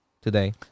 Today